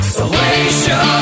Salvation